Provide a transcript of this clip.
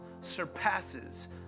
surpasses